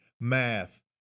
math